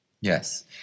Yes